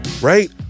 right